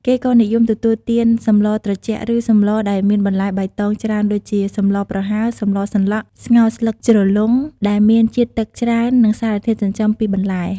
គេក៏និយមទទួលទាន សម្លត្រជាក់ឬសម្លដែលមានបន្លែបៃតងច្រើនដូចជា សម្លប្រហើរ សម្លសម្លក់ ស្ងោរស្លឹកជ្រលង់ ដែលមានជាតិទឹកច្រើន និងសារធាតុចិញ្ចឹមពីបន្លែ។